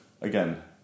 again